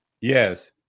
Yes